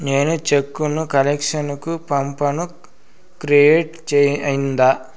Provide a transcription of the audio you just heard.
నేను చెక్కు ను కలెక్షన్ కు పంపాను క్రెడిట్ అయ్యిందా